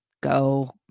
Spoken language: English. go